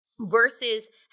versus